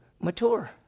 Mature